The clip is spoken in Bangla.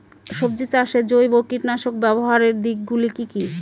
সবজি চাষে জৈব কীটনাশক ব্যাবহারের দিক গুলি কি কী?